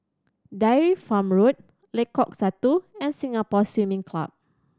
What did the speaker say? Dairy Farm Road Lengkok Satu and Singapore Swimming Club